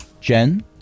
Jen